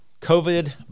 COVID